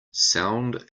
sound